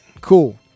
cool